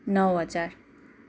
नौ हजार